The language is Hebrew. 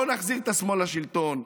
לא נחזיר את השמאל לשלטון.